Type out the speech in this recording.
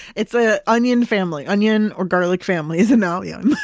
it's ah an onion family. onion or garlic family is an allium.